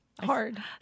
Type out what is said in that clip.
Hard